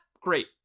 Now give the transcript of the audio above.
great